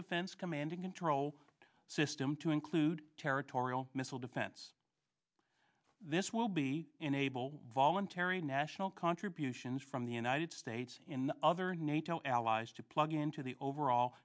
defense command and control system to include territorial missile defense this will be enable voluntary national contributions from the united states in other nato allies to plug into the overall